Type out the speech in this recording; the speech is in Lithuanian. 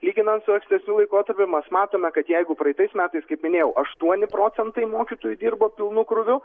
lyginant su ankstesniu laikotarpiu mes matome kad jeigu praeitais metais kaip minėjau aštuoni procentai mokytojų dirbo pilnu krūviu